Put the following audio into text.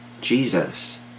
Jesus